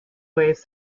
waves